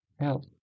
help